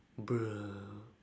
bruh